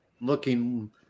looking